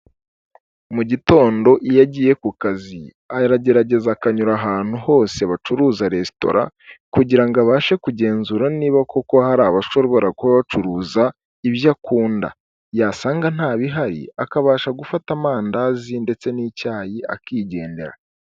Mu gitondo iyo agiye ku kazi aragerageza akanyura ahantu hose bacuruza resitora, kugira abashe kugenzura niba koko hari abashobora kuba bacuruza ibyo akunda, yasanga ntabihari akabasha gufata amandazi ndetse n'icyayi akigendera.